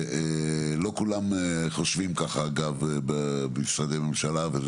לא כולם חושבים כך במשרדי הממשלה, אגב.